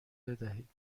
بدهید